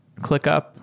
ClickUp